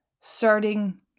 starting